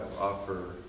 offer